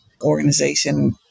organization